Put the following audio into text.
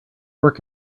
work